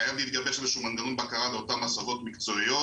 חייב להתגבש איזה שהוא מנגנון בקרה לאותן הסבות מקצועיות.